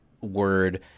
word